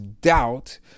doubt